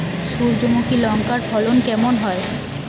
সূর্যমুখী লঙ্কার ফলন কেমন?